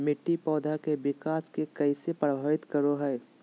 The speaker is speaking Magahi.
मिट्टी पौधा के विकास के कइसे प्रभावित करो हइ?